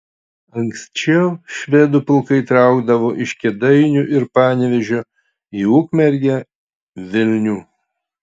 anksčiau švedų pulkai traukdavo iš kėdainių ir panevėžio į ukmergę vilnių